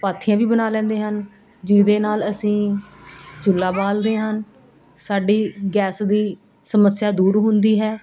ਪਾਥੀਆਂ ਵੀ ਬਣਾ ਲੈਂਦੇ ਹਨ ਜਿਹਦੇ ਨਾਲ ਅਸੀਂ ਚੁੱਲ੍ਹਾ ਬਾਲਦੇ ਹਨ ਸਾਡੀ ਗੈਸ ਦੀ ਸਮੱਸਿਆ ਦੂਰ ਹੁੰਦੀ ਹੈ